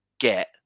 get